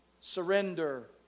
Surrender